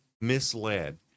misled